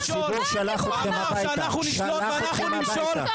הציבור אמר שהוא רוצה שאנחנו נשלוט ואנחנו נמשול.